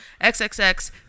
XXX